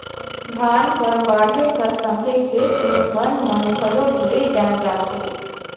धान कर बाढ़े कर संघे खेत मे बन मन घलो ढेरे जाएम जाथे